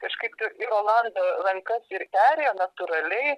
kažkaip tai į rolando rankas ir perėjo natūraliai